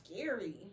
scary